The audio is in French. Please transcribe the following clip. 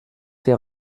fait